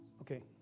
Okay